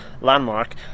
landmark